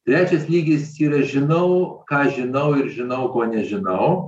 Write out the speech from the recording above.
trečias lygis yra žinau ką žinau ir žinau ko nežinau